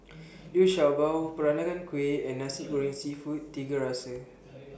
Liu Sha Bao Peranakan Kueh and Nasi Goreng Seafood Tiga Rasa